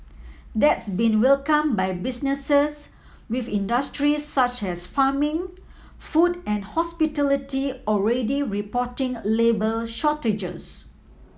that's been welcome by businesses with industries such as farming food and hospitality already reporting labour shortages